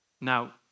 Now